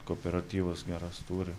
kooperatyvas geras turi